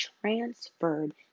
transferred